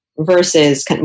versus